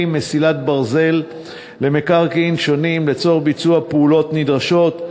מסילת ברזל למקרקעין שונים לצורך ביצוע פעולות נדרשות,